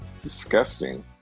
Disgusting